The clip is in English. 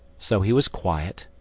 so he was quiet,